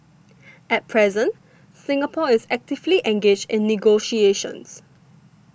at present Singapore is actively engaged in negotiations